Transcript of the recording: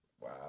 Wow